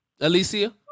Alicia